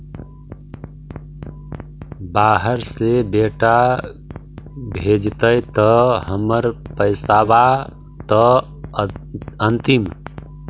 बाहर से बेटा भेजतय त हमर पैसाबा त अंतिम?